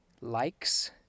likes